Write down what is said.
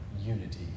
unity